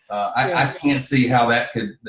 i can't see how that could,